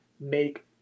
make